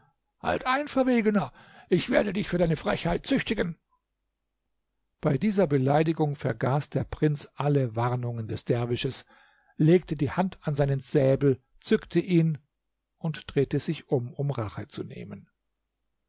halt ein verwegener ich werde dich für deine frechheit züchtigen bei dieser beleidigung vergaß der prinz alle warnungen des derwisches legte die hand an seinen säbel zückte ihn und drehte sich um um rache zu nehmen